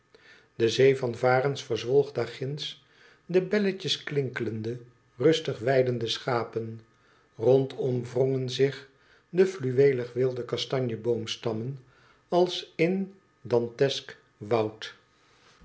de zee van de varens verzwolg daar ginds de belletjes klingelende rustig weidende schapen rondom verwrongen zich de fluweelige wilde kastanje boomstammen als in dantesk woud